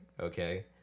Okay